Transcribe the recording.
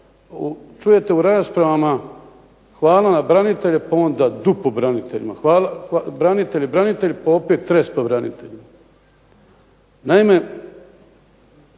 čujete u raspravama hvala vam branitelji pa onda du po braniteljima, branitelji, branitelji pa opet tres po branitelju. Naime,